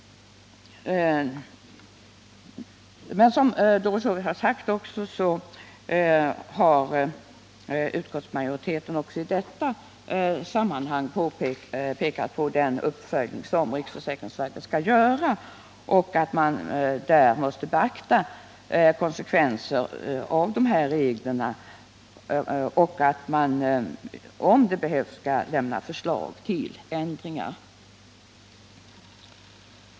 Som Doris Håvik sagt har utskottsmajoriteten också i detta sammanhang pekat på den uppföljning som riksförsäkringsverket skall göra, där man måste beakta konsekvenserna av dessa regler och om det behövs skall lämna förslag till ändringar.